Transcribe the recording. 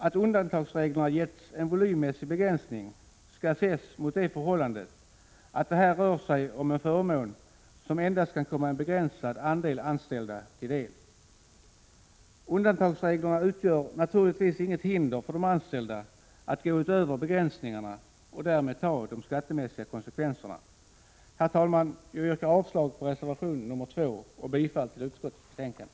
Att undantagsreglerna getts en volymmässig begränsning skall ses mot det förhållandet att det här rör sig om en förmån som endast kan komma en begränsad andel anställda till del. Undantagsreglerna utgör naturligtvis inget hinder för de anställda att gå utöver begränsningarna och därmed ta de skattemässiga konsekvenserna. Herr talman! Jag yrkar avslag på reservation nr 2 och bifall till utskottets hemställan.